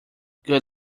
good